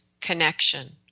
connection